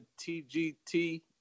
TGT